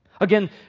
again